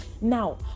Now